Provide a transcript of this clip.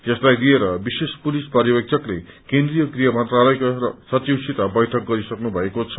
यसलाई लिएर विश्रेष पुलिस पर्यवेककले केन्द्रिय गृह मन्त्रालयका सचिवसित बैठक गरिसक्नु भएको छ